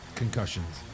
Concussions